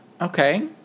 Okay